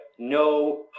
No